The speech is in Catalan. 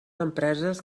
empreses